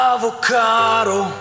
Avocado